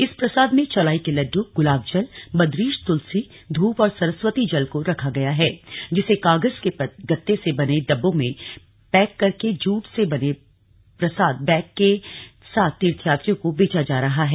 इस प्रसाद में चौलाई के लड्ड गुलाब जल बद्रीश तुलसी धूप और सरस्वती जल को रखा गया है जिसे कागज के गत्ते से बने डिब्बों में पैक करके जूट से बने प्रसाद बैग के साथ तीर्थयात्रियों को बेचा जा रहा है